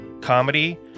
comedy